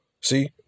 See